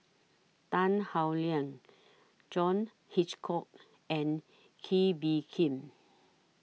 Tan Howe Liang John Hitchcock and Kee Bee Khim